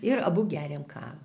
ir abu geriam kavą